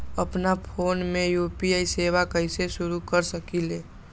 अपना फ़ोन मे यू.पी.आई सेवा कईसे शुरू कर सकीले?